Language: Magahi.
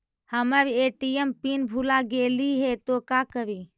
हमर ए.टी.एम पिन भूला गेली हे, तो का करि?